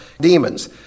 demons